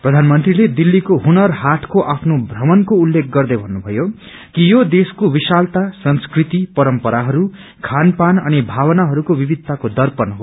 प्रधानमन्त्रीले दिल्लीको हुनर हाटक्रो आफ्नो भ्रमणको उल्लेख गर्दै भन्नुभयो कि यो देशको विशालता संस्कृति परम्पराहरू खानपान अनि भावनाइस्ल्ये विविधताको दर्पण हो